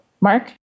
Mark